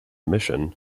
mission